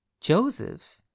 joseph